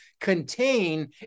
contain